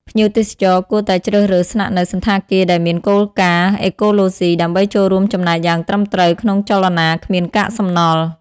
ភ្ញៀវទេសចរគួរតែជ្រើសរើសស្នាក់នៅសណ្ឋាគារដែលមានគោលការណ៍អេកូឡូសុី ដើម្បីចូលរួមចំណែកយ៉ាងត្រឹមត្រូវក្នុងចលនាគ្មានកាកសំណល់។